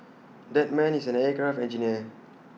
that man is an aircraft engineer